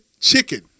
chicken